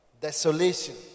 Desolation